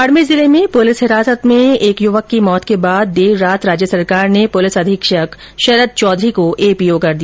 बाड़मेर जिले में पूलिस हिरासत में कल एक युवक की मौत के बाद देर रात राज्य सरकार ने पुलिस अधीक्षक शरद चौधरी को एपीओ कर दिया